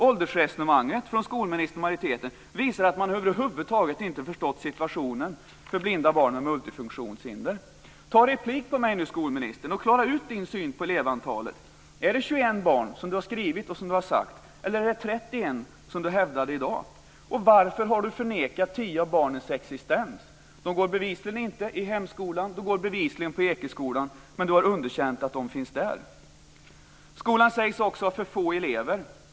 Åldersresonemanget från skolministern och majoriteten visar att de över huvud taget inte förstått situationen för blinda barn med multifunktionshinder. Ta replik på mig, skolministern, och klara ut skolministerns syn på elevantalet. Är det 21 barn som ministern har skrivit och sagt, eller är det 31 som hon hävdade i dag? Varför har ministern nekat tio barns existens? De går bevisligen inte i hemkommunens skola, de går bevisligen på Ekeskolan, men ministern har underkänt att de finns där. Skolan sägs också ha för få elever.